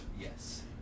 Yes